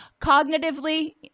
Cognitively